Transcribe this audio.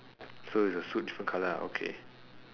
so is the suit different colour ah okay